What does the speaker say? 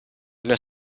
una